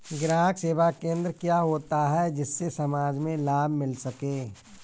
ग्राहक सेवा केंद्र क्या होता है जिससे समाज में लाभ मिल सके?